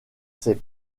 ses